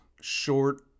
short